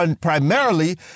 primarily